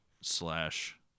slash